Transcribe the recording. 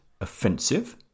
offensive